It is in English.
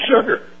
sugar